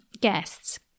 guests